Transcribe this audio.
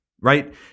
right